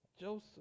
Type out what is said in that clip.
Joseph